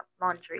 laundry